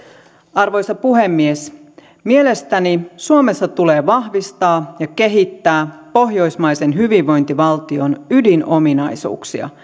arvoisa puhemies mielestäni suomessa tulee vahvistaa ja kehittää pohjoismaisen hyvinvointivaltion ydinominaisuuksia